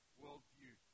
worldview